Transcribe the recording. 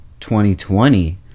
2020